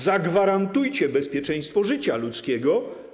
Zagwarantujcie bezpieczeństwo życia ludzkiego.